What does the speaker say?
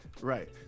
right